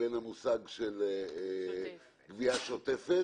לבין המושג "גבייה שוטפת".